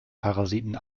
parasiten